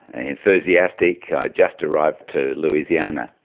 and enthusiastic, i had just arrived to louisiana,